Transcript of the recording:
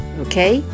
okay